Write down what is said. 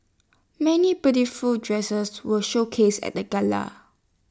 many beautiful dresses were showcased at the gala